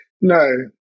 no